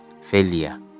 failure